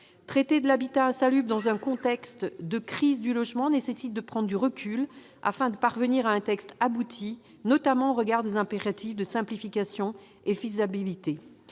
Traiter de l'habitat insalubre dans un contexte de crise du logement nécessite de prendre du recul, afin de pouvoir parvenir à un texte abouti, au regard notamment des impératifs de simplification et de faisabilité.